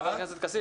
חבר הכנסת כסיף.